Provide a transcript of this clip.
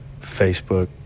Facebook